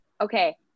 okay